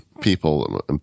people